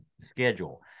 schedule